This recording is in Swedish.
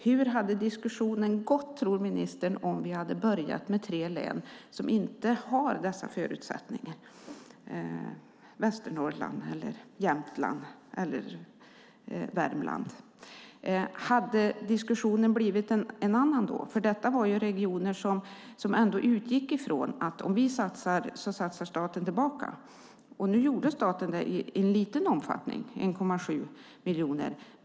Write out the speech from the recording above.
Hur hade diskussionen gått, tror ministern, om vi hade börjat med tre län som inte har dessa förutsättningar, Västernorrland, Jämtland eller Värmland? Hade diskussionen då blivit en annan? Det här var ju regioner som ändå utgick från att om de satsade skulle staten satsa tillbaka. Nu gjorde staten det i en liten omfattning, 1,7 miljoner.